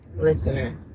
Listener